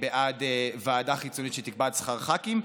בעד ועדה חיצונית שתקבע את שכר הח"כים.